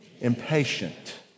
impatient